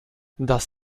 das